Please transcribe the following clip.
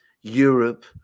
Europe